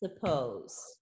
suppose